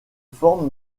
forme